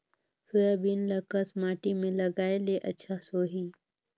Soybean ल कस माटी मे लगाय ले अच्छा सोही?